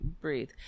breathe